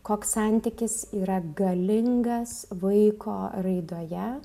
koks santykis yra galingas vaiko raidoje